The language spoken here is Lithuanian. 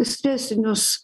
ir stresinius